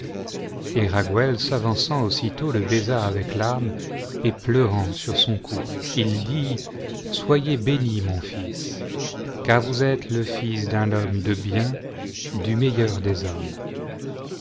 et raguel s'avançant aussitôt le baisa avec larmes et pleurant sur son cou il dit soyez béni mon fils car vous êtes le fils d'un homme de bien du meilleur des hommes